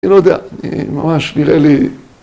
‫אני לא יודע, ממש נראה לי...